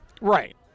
Right